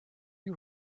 you